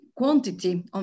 quantity